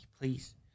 Please